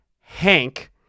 Hank